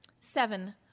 Seven